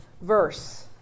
verse